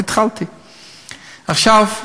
התשע"ה 2015,